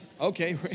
Okay